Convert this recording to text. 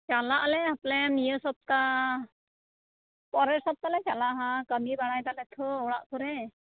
ᱪᱟᱞᱟᱜ ᱟᱞᱮ ᱦᱟᱯᱮ ᱱᱤᱭᱟᱹ ᱥᱚᱯᱛᱟ ᱯᱚᱨᱮ ᱥᱚᱯᱛᱟᱞᱮ ᱪᱟᱞᱟᱜᱼᱟ ᱦᱟᱸᱜ ᱠᱟᱢᱤ ᱵᱟᱲᱟᱭ ᱫᱟᱞᱮ ᱛᱷᱚ ᱚᱲᱟᱜ ᱠᱚᱨᱮ